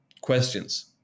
questions